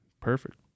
Perfect